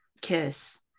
kiss